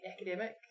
academic